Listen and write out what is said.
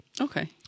Okay